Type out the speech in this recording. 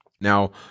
Now